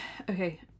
Okay